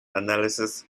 analysis